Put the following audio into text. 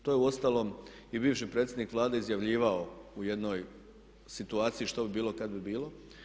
To je uostalom i bivši predsjednik Vlade izjavljivao u jednoj situaciji što bi bilo kad bi bilo.